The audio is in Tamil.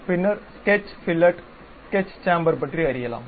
பின்னர் ஸ்கெட்ச் ஃபில்லட் ஸ்கெட்ச் சேம்பர் பற்றி அறியலாம்